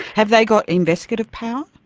have they got investigative power?